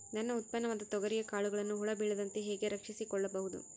ನನ್ನ ಉತ್ಪನ್ನವಾದ ತೊಗರಿಯ ಕಾಳುಗಳನ್ನು ಹುಳ ಬೇಳದಂತೆ ಹೇಗೆ ರಕ್ಷಿಸಿಕೊಳ್ಳಬಹುದು?